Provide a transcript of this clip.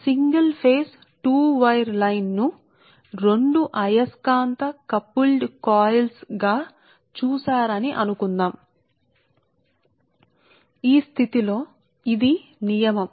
మీరు single phase two wire లైన్ను రెండు అయస్కాంత కపుల్డ్ కాయిల్స్ గా చూశారని అనుకుందాం